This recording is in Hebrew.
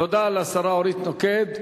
תודה לשרה אורית נוקד,